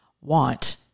want